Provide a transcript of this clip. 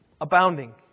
Abounding